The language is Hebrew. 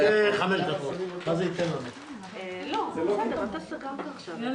רבה, הישיבה נעולה.